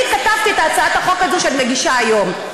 אני כתבתי את הצעת החוק הזאת שאני מגישה היום.